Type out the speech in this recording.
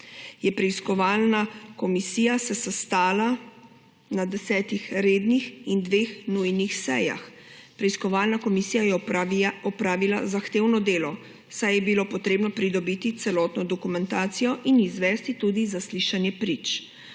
je preiskovalna komisija sestala na desetih rednih in dveh nujnih seja. Preiskovalna komisija je opravila zahtevno delo, saj je bilo potrebno pridobiti celotno dokumentacijo in izvesti tudi zaslišanje prič.